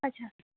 अच्छा